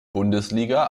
bundesliga